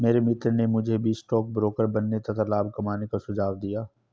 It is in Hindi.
मेरे मित्र ने मुझे भी स्टॉक ब्रोकर बनने तथा लाभ कमाने का सुझाव दिया